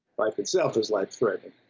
life itself is life-threatening?